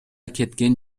кеткен